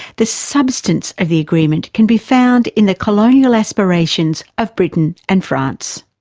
the substance of the agreement can be found in the colonial aspirations of britain and france.